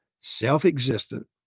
self-existent